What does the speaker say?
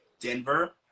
Denver